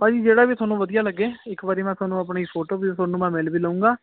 ਭਾਅ ਜੀ ਜਿਹੜਾ ਵੀ ਥੋਨੂੰ ਵਧੀਆ ਲੱਗੇ ਇੱਕ ਵਾਰੀ ਮੈਂ ਥੋਨੂੰ ਆਪਣੀ ਫੋਟੋ ਵੀ ਥੋਨੂੰ ਮੈਂ ਮਿਲ ਵੀ ਲਾਊਂਗਾ